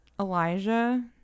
Elijah